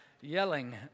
yelling